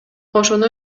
ошону